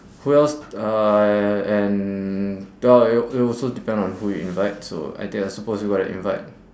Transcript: who else uh and and well it will it will also depend on who you invite so I think I suppose you're going to invite